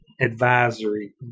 advisory